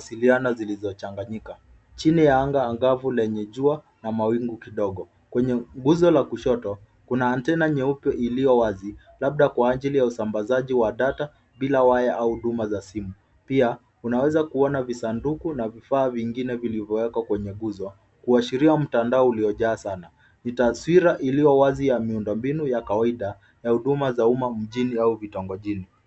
ziko kwenye mchanganyiko wa mawasiliano. Chini ya anga kuna rangi angavu na mawingu machache. Kwenye nguzo ya kushoto, kuna antena nyeusi iliyoko wazi, labda kwa ajili ya usambazaji wa taarifa bila waya au huduma za simu. Pia, kunaweza kuwepo maboksi na vifaa vingine vilivyowekwa kwenye nguzo. Kwa mtazamo wa mtandao uliopanuliwa, inaonyesha wazi miundombinu ya usambazaji na huduma za mawasiliano za mitini ya miji.